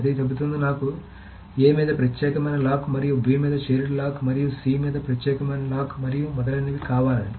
అది చెబుతుంది నాకు A మీద ప్రత్యేకమైన లాక్ మరియు B మీద షేర్డ్ లాక్ మరియు C మీద ప్రత్యేకమైన లాక్ మరియు మొదలైనవి కావాలని